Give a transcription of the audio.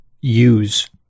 use